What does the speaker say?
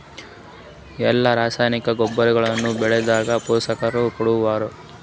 ಎಲ್ಲಾ ರಾಸಾಯನಿಕ ಗೊಬ್ಬರಗೊಳ್ಳು ಬೆಳೆಗಳದಾಗ ಪೋಷಕಾಂಶ ಕೊಡತಾವ?